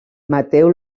mateu